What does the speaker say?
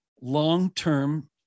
long-term